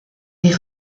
des